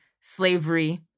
slavery